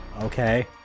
Okay